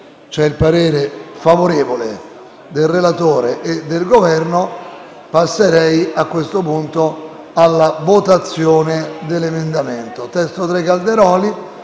Grazie,